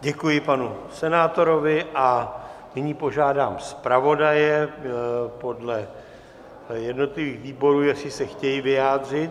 Děkuji panu senátorovi a nyní požádám zpravodaje podle jednotlivých výborů, jestli se chtějí vyjádřit.